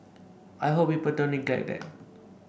I hope people don't neglect that